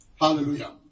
Hallelujah